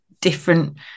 different